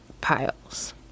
piles